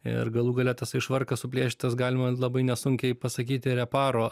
ir galų gale tasai švarkas suplėšytas galima labai nesunkiai pasakyti reparo